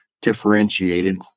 differentiated